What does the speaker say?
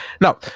Now